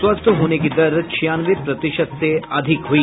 स्वस्थ होने की दर छियानवे प्रतिशत से अधिक हुई